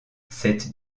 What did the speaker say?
cette